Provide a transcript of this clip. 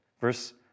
Verse